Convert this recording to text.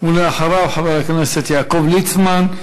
ואחריו, חבר הכנסת יעקב ליצמן.